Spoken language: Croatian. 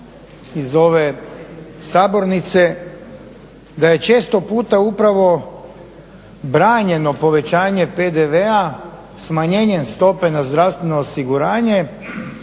iz ove sabornice da je često puta upravo branjeno povećanje PDV-a smanjenjem stope na zdravstveno osiguranje